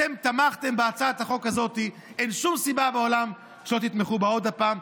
אתם תמכתם בהצעת החוק ואין שום סיבה בעולם שלא תתמכו בה שוב.